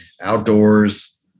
outdoors